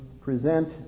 present